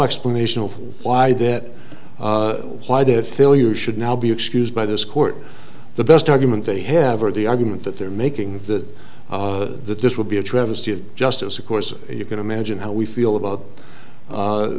explanation of why that why that failure should now be excused by this court the best argument they have or the argument that they're making the that this would be a travesty of justice of course you can imagine how we feel about